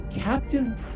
Captain